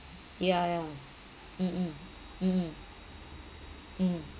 yeah yeah mm mm mm mm mm